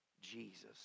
Jesus